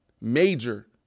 Major